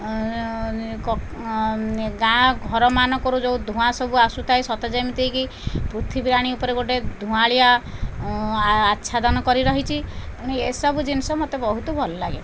ଗାଁ ଘରମାନଙ୍କରୁ ଯଉଁ ଧୂଆଁ ସବୁ ଆସୁଥାଏ ସତେ ଯେମିତି କି ପୃଥିବୀ ରାଣୀ ଉପରେ ଗୋଟିଏ ଧୂଆଁଳିଆ ଆଚ୍ଛାଦନ କରି ରହିଛି ପୁଣି ଏସବୁ ଜିନିଷ ମୋତେ ବହୁତ ଭଲ ଲାଗେ